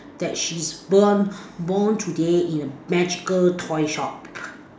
that she's born born today in a magical toy shop